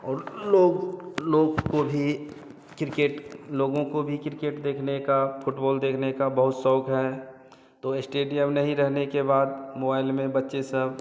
और लोग लोग को भी क्रिकेट लोगों को भी क्रिकेट देखने का फुटबोल देखने का बहुत शौक़ है तो एस्टेडियम नहीं रहने के बाद मोबाइल में बच्चे सब